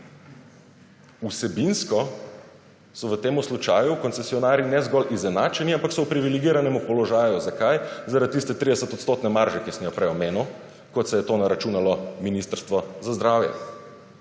Vsebinsko so v tem primeru koncesionarji ne zgolj izenačeni, ampak so v privilegiranem položaju. Zakaj? Zaradi tiste 30 % marže, ki sem jo prej omenil, kot si je to naračunalo Ministrstvo za zdravje.